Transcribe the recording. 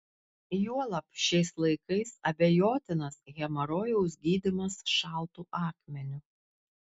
juolab šiais laikais abejotinas hemorojaus gydymas šaltu akmeniu